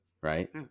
right